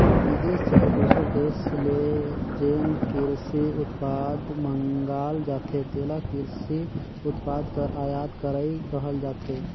बिदेस चहे दूसर देस ले जेन किरसी उत्पाद मंगाल जाथे तेला किरसी उत्पाद कर आयात करई कहल जाथे